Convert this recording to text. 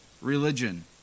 religion